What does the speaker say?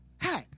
Hey